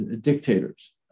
dictators